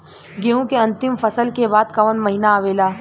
गेहूँ के अंतिम फसल के बाद कवन महीना आवेला?